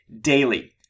daily